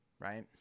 Right